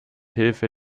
hilfe